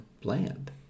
bland